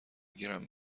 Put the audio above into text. گیرم